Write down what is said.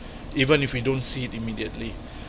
even if we don't see it immediately